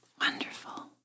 Wonderful